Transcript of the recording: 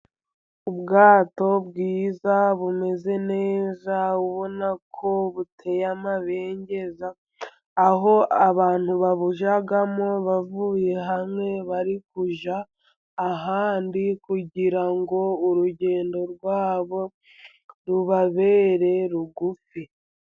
Ubwato bwiza bumeze neza, ubona ko buteye amabengeza. Aho abantu babujyamo bavuye hamwe bari kujya ahandi, kugira ngo urugendo rwabo rubabere rugufi.